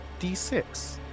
D6